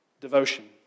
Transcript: devotion